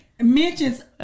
Mentions